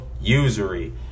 usury